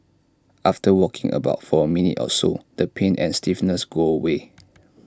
after walking about for A minute or so the pain and stiffness go away